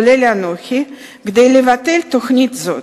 כולל אנוכי, כדי לבטל תוכנית זו.